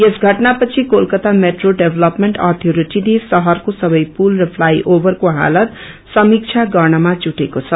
यस घटना पछि Kolkata metro development अयोरेटीले शहरको सबै पूल र फ्लाइ ओभरको छालात समीक्षा गर्नमा जुटेको छ